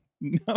no